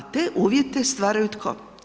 A te uvjete stvaraju tko?